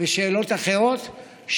ושאלות אחרות,